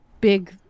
big